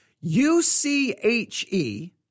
U-C-H-E